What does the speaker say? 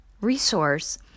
resource